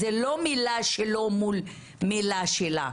זו לא מילה שלו מול מילה שלה.